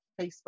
Facebook